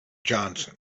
johnson